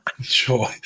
sure